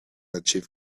achieve